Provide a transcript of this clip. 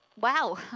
wow